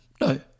No